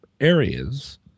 areas